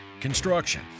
construction